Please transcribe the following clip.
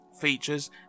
features